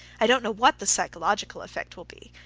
i don't know what the psychological effect will be.